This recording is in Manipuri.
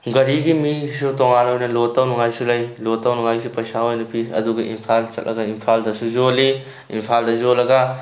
ꯒꯥꯔꯤꯒꯤ ꯃꯤꯁꯨ ꯇꯣꯉꯥꯟꯅ ꯑꯣꯏꯅ ꯂꯣꯠ ꯇꯧꯅꯉꯥꯏꯁꯨ ꯂꯩ ꯂꯣꯠ ꯇꯧꯅꯉꯥꯏꯁꯨ ꯄꯩꯁꯥ ꯑꯣꯏꯅ ꯄꯤ ꯑꯗꯨꯒ ꯏꯝꯐꯥꯜ ꯆꯠꯂꯒ ꯏꯝꯐꯥꯜꯗꯁꯨ ꯌꯣꯜꯂꯤ ꯏꯝꯐꯥꯜꯗ ꯌꯣꯜꯂꯒ